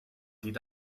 did